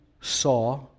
saw